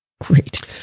Great